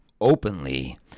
openly